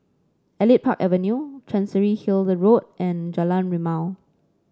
Elite Park Avenue Chancery Hill Road and Jalan Rimau